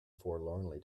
forlornly